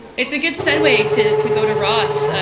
it's a good segue to to go to ross, and